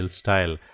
style